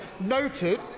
noted